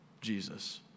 Jesus